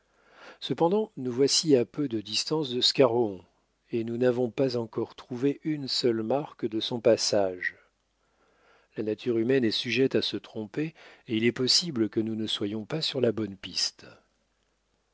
cependant nous voici à peu de distance de scarron et nous n'avons pas encore trouvé une seule marque de son passage la nature humaine est sujette à se tromper et il est possible que nous ne soyons pas sur la bonne piste